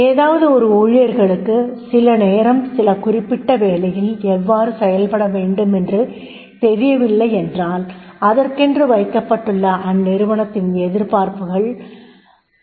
ஏதாவது ஒரு ஊழியர்களுக்கு சில நேரம் சில குறிப்பிட்ட வேலையில் எவ்வாறு செயல்பட வேண்டும் என்று தெரியவில்லை என்றால் அதற்கென்று வைக்கப்பட்டுள்ள அந்நிறுவனத்தின் எதிர்பார்ப்புகள் உள்ளன